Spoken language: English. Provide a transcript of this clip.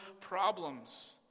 problems